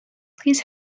please